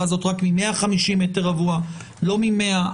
הזאת רק מ-150 מטרים רבועים ולא מ-100.